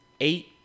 Eight